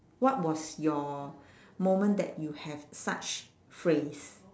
what was your moment that you have such phrase